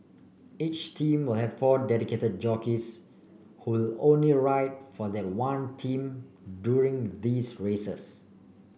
each team will have four dedicated jockeys who will only ride for that one team during these races